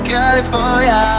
California